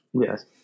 Yes